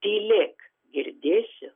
tylėk girdėsiu